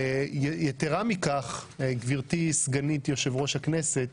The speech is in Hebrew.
יתרה מכך, גברתי סגנית יושבת-ראש הכנסת,